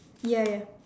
ya ya